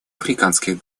африканских